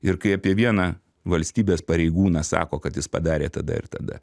ir kai apie vieną valstybės pareigūną sako kad jis padarė tada ir tada